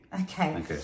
Okay